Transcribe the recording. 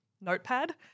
Notepad